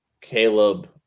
Caleb